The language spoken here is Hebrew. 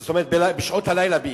בשעות הלילה בעיקר,